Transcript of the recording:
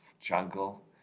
jungle